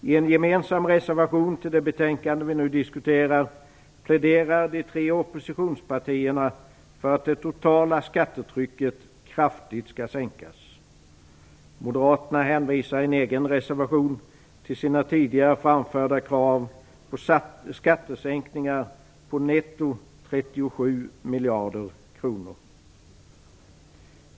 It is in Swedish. I en gemensam reservation till det betänkande vi nu diskuterar pläderar de tre oppositionspartierna för att det totala skattetrycket kraftigt skall sänkas. Moderaterna hänvisar i en egen reservation till sina tidigare framförda krav på skattesänkningar om netto 37 miljarder kronor.